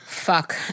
fuck